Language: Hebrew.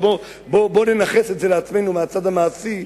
אז בואו ננכס את זה לעצמנו מהצד המעשי,